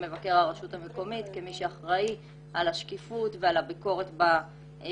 מבקר הרשות המקומית כמי שאחראי על השקיפות ועל הביקורת ברשות.